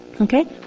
Okay